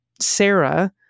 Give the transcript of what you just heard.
Sarah